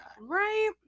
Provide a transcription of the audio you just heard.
right